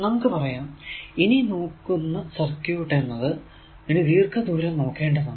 നമുക്ക് പറയാം നാം ഇനി നോക്കുന്ന സർക്യൂട് എന്നത് ഇനി ദീർഘദൂരം നോക്കേണ്ടതാണ്